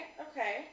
Okay